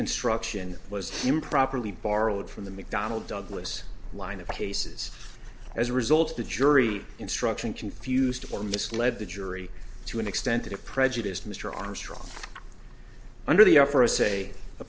instruction was improperly borrowed from the mcdonnell douglas line of cases as a result of the jury instruction confused or misled the jury to an extent a prejudiced mr armstrong under the air for a say